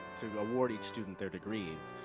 to award each student their degrees.